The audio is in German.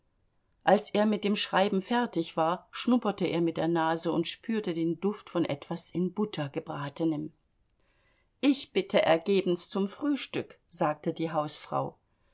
als er mit dem schreiben fertig war schnupperte er mit der nase und spürte den duft von etwas in butter gebratenem ich bitte ergebenst zum frühstück sagte die hausfrau